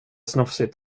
snofsigt